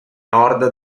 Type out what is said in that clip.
nord